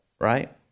right